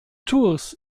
tours